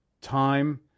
Time